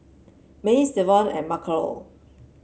Mace Davon and Michaele